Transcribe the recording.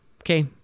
okay